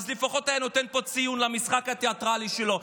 הוא לפחות היה נותן פה ציון למשחק התיאטרלי שלו,